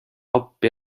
appi